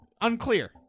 Unclear